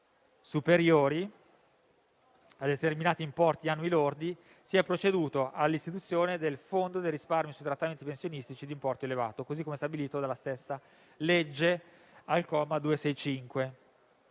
superiori a determinati importi annui lordi, si è proceduto all'istituzione del fondo del risparmio sui trattamenti pensionistici di importo elevato, così come stabilito dalla stessa legge al comma 265.